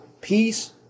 peace